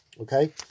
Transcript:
Okay